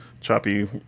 choppy